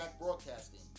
Broadcasting